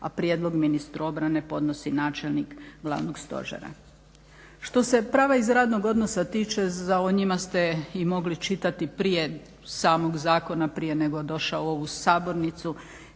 a prijedlog ministru obrane podnosi načelnik glavnog stožera. Što se prava iz radnog odnosa tiče za njima ste i mogli čitati prije samog zakona, prije nego je došao u ovu sabornicu